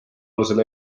alusel